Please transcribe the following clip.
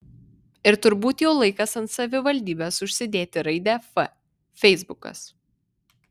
ir turbūt jau laikas ant savivaldybės užsidėti raidę f feisbukas